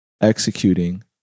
executing